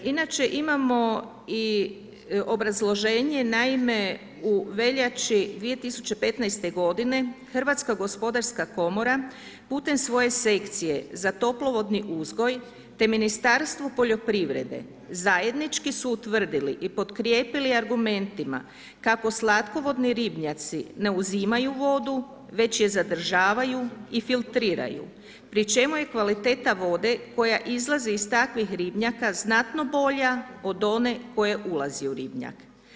Inače imamo i obrazloženje, naime, u veljači 2015. godine Hrvatska gospodarska komora putem svoje sekcije za toplovodni uzgoj te Ministarstvo poljoprivrede zajednički su utvrdili i potkrijepili argumentima kako slatkovodni ribnjaci ne uzimaju vodu već je zadržavaju i filtriraju pri čemu je kvaliteta vode koja izlazi iz takvih ribnjaka znatno bolja od one koja ulazi u ribnjak.